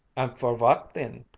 and for vat den?